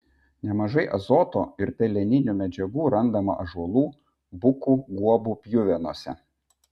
nemažai azoto ir peleninių medžiagų randama ąžuolų bukų guobų pjuvenose